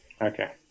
Okay